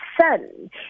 son